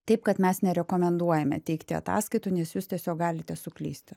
taip kad mes nerekomenduojame teikti ataskaitų nes jūs tiesiog galite suklysti